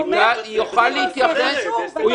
אומר שזה נושא חשוב, ואתה אומר לו לא?